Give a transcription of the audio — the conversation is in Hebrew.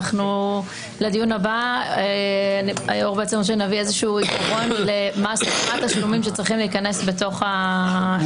מבינה שלדיון הבא נביא עיקרון מה התשלומים שצריכים להיכנס לחוק הזה.